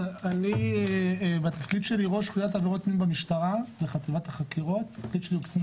אני בתפקיד שלי ראש חוליית עבירות מין במשטרה בחטיבת החקירות,